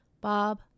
Bob